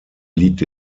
liegt